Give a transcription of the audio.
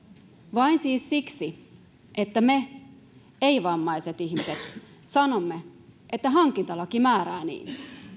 vain siis siksi että me ei vammaiset ihmiset sanomme että hankintalaki määrää niin